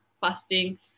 fasting